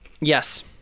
Yes